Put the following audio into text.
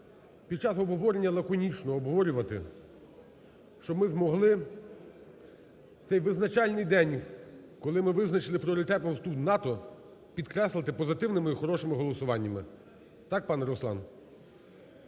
під час обговорення лаконічно обговорювати, щоб ми змогли в цей визначальний день, коли ми визначили пріоритетом вступ у НАТО, підкреслити позитивними і хорошими голосуваннями. Так, пане Руслан?